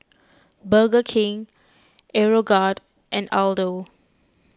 Burger King Aeroguard and Aldo